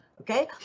okay